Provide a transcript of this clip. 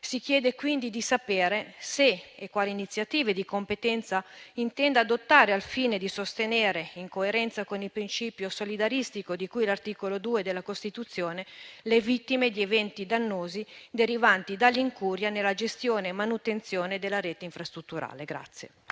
si chiede di sapere se e quali iniziative di competenza il Ministro in indirizzo intenda adottare al fine sostenere, in coerenza con il principio solidaristico di cui all'articolo 2 della Costituzione, le vittime di eventi dannosi derivanti dell'incuria nella gestione e manutenzione della rete infrastrutturale.